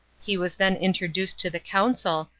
he was then introduced to the council,